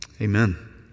Amen